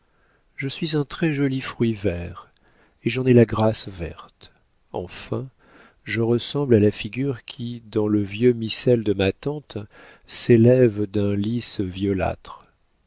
je suis un très-joli fruit vert et j'en ai la grâce verte enfin je ressemble à la figure qui dans le vieux missel de ma tante s'élève d'un lis violâtre